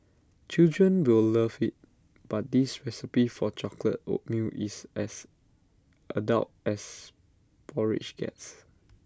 children will love IT but this recipe for chocolate oatmeal is as adult as porridge gets